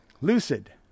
Lucid